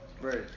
right